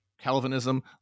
Calvinism